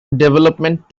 development